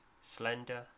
slender